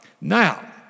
Now